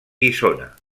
guissona